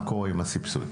מה קורה עם הסבסוד.